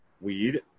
weed